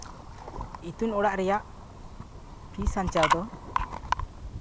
ᱤᱛᱩᱱ ᱚᱲᱟᱜ ᱨᱮᱭᱟᱜ ᱯᱷᱤ ᱥᱟᱧᱪᱟᱣ ᱫᱚ